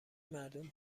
مردم